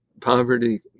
poverty